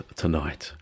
tonight